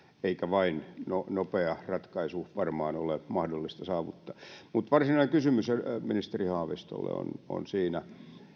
eikä vain nopeaa ratkaisua varmaan ole mahdollista saavuttaa mutta varsinainen kysymys ministeri haavistolle on on siinä